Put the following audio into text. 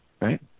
right